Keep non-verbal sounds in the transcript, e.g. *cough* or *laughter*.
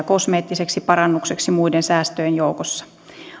*unintelligible* kosmeettiseksi parannukseksi muiden säästöjen joukossa